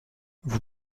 vous